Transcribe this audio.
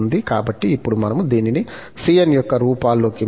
కాబట్టి ఇప్పుడు మనము దీనిని cn యొక్క రూపాల్లోకి మార్చవచ్చు